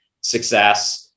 success